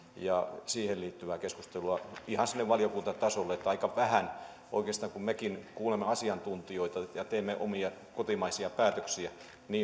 ja siihen liittyvää keskustelua ihan sinne valiokuntatasolle eli aika vähän oikeastaan kun mekin kuulemme asiantuntijoita ja teemme omia kotimaisia päätöksiä